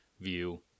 view